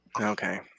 Okay